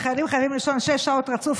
על שטחים חקלאיים בין פלסטינים למתיישבים.